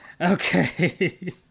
okay